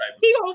he